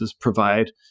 provide